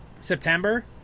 September